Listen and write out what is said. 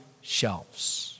shelves